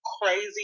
crazy